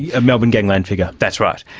a melbourne gangland figure. that's right.